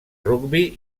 rugbi